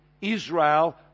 Israel